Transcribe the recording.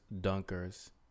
dunkers